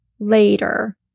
Later